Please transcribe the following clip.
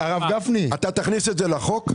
שתכניס את זה לחוק?